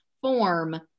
form